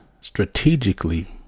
strategically